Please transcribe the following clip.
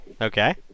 Okay